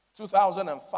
2005